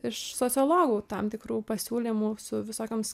iš sociologų tam tikrų pasiūlymų su visokioms